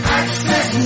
access